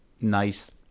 nice